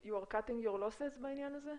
You are cutting your losses בעניין הזה?